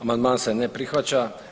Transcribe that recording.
Amandman se ne prihvaća.